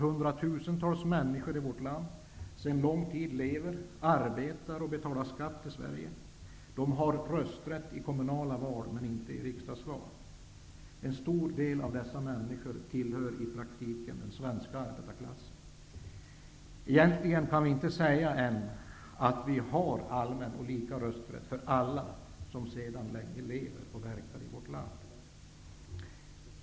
Hundratusentals människor lever, arbetar och betalar skatt i Sverige sedan lång tid. De har rösträtt i kommunala val, men inte i riksdagsval. En stor del av dessa människor tillhör i praktiken den svenska arbetarklassen. Egentligen kan vi inte säga att vi har allmän och lika rösträtt för alla som sedan länge lever och verkar i vårt land.